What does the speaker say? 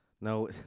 No